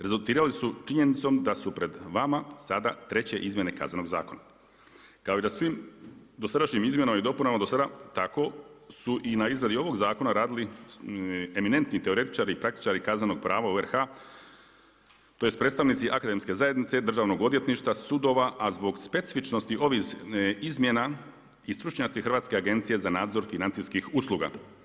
Rezultirali su činjenicom da su pred vama sada treće izmjene Kaznenog zakona kao i da svim dosadašnjim izmjenama i dopunama do sada tako su i na izradi ovog zakona radili eminentni teoretičari i praktičari kaznenog prava u RH, tj. predstavnici akademske zajednice, Državnog odvjetništva, sudova, a zbog specifičnosti ovih izmjena i stručnjaci Hrvatske agencije za nadzor financijskih usluga.